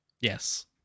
Yes